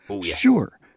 Sure